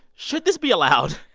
should this be allowed?